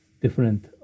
different